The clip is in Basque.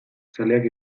zaleak